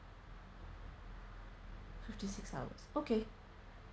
fifty six hours okay